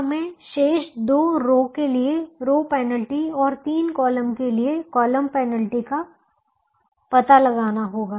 अब हमें शेष दो रो के लिए रो पेनल्टी और तीन कॉलम के लिए कॉलम पेनल्टी का पता लगाना होगा